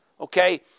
Okay